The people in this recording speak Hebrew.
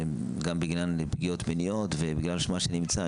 גם בגלל פגיעות מיניות ובגלל שמה שנמצא,